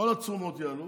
כל התשומות יעלו,